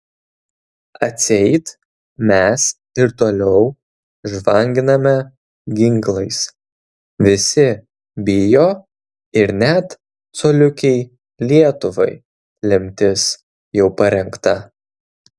atseit mes ir toliau žvanginame ginklais visi bijo ir net coliukei lietuvai lemtis jau parengta